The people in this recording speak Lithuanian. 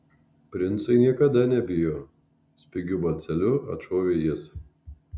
princai niekada nebijo spigiu balseliu atšovė jis